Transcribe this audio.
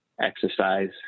exercise